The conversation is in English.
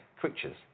creatures